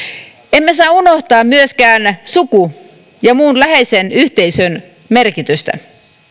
emme saa unohtaa myöskään suku ja muun läheisen yhteisön merkitystä